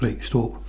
stop